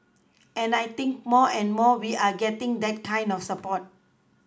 and I think more and more we are getting that kind of support